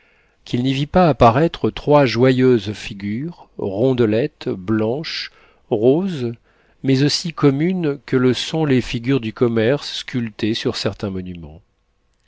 qu'il n'y vit pas apparaître trois joyeuses figures rondelettes blanches roses mais aussi communes que le sont les figures du commerce sculptées sur certains monuments